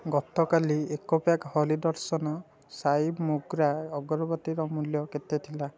ଗତକାଲି ଏକ ପ୍ୟାକ୍ ହରି ଦର୍ଶନ ସାଇ ମୋଗ୍ରା ଅଗରବତୀର ମୂଲ୍ୟ କେତେ ଥିଲା